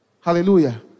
Hallelujah